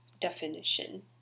definition